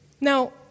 Now